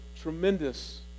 tremendous